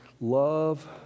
love